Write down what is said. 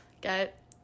get